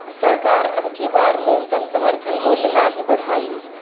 सरकार अबकी बार न्यूनतम समर्थन मूल्य नाही बढ़ाई